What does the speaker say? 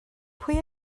pwy